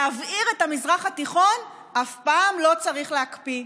להבעיר את המזרח התיכון, אף פעם לא צריך להקפיא.